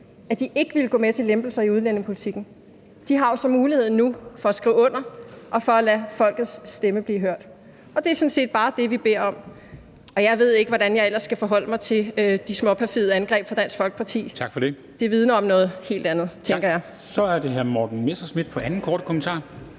at de ikke ville gå med til lempelser i udlændingepolitikken, har så muligheden nu for at skrive under og for at lade folkets stemme blive hørt. Det er sådan set bare det, vi beder om. Jeg ved ikke, hvordan jeg ellers skal forholde mig til de småperfide angreb fra Dansk Folkeparti, da jeg tænker, at de vidner om noget helt andet. Kl. 10:24 Formanden (Henrik Dam Kristensen): Tak for det.